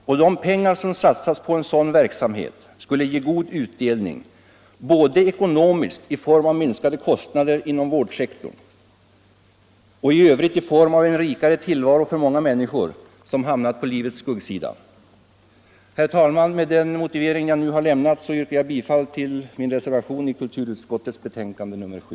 Och de pengar som satsas på en sådan verksamhet skulle ge god utdelning, både ekonomiskt i form av minskade kostnader inom vårdsektorn och i övrigt i form av en rikare tillvaro för många människor som hamnat på livets skuggsida. 67 Herr talman! Med den motivering jag nu har lämnat yrkar jag bifall till reservationen i kulturutskottets betänkande nr 7.